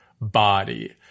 body